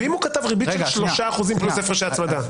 ואם הוא כתב ריבית של שלושה אחוזים פלוס הפרשי הצמדה?